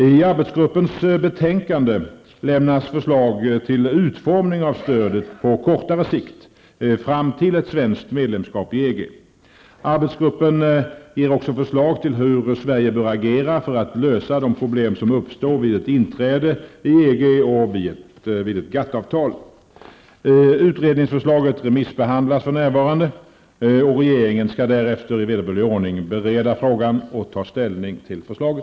I arbetsgruppens betänkande lämnas förslag till utformningen av stödet på kortare sikt, fram till ett svenskt medlemskap i EG. Arbetsgruppen ger också förslag till hur Sverige bör agera för att lösa de problem som uppstår vid ett inträde i EG och vid ett GATT-avtal. Utredningsförslaget remissbehandlas för närvarande, och regeringen skall därefter i vederbörlig ordning bereda frågan och ta ställning till förslaget.